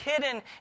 hidden